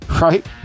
right